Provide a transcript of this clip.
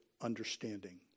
understanding